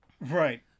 Right